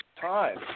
time